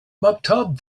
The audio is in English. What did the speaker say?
maktub